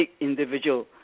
individual